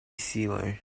sealer